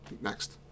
Next